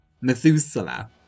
Methuselah